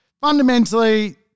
Fundamentally